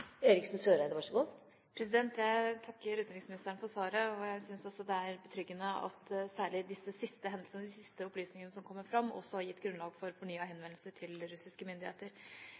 Jeg takker utenriksministeren for svaret, og jeg syns også det er betryggende at særlig disse siste hendelsene, de siste opplysningene som kommer fram, også har gitt grunnlag for fornyet henvendelse til russiske myndigheter.